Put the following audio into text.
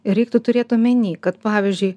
reiktų turėti omeny kad pavyzdžiui